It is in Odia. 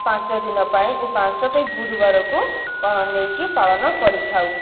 ପାଞ୍ଚ ଦିନ ପାଇଁ ଏଇ ପାଞ୍ଚଟି ଗୁରୁବାରକୁ ନେଇକି ପାଳନ କରିଥାଉ